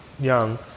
young